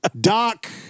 Doc